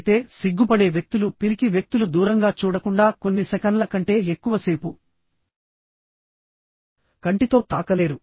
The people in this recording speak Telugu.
అయితే సిగ్గుపడే వ్యక్తులు పిరికి వ్యక్తులు దూరంగా చూడకుండా కొన్ని సెకన్ల కంటే ఎక్కువసేపు కంటితో తాకలేరు